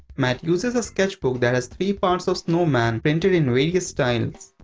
mat uses a sketch book that has three parts of snowman printed in various styles.